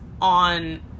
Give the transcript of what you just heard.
on